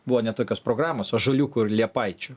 buvo net tokios programos ąžuoliukų ir liepaičių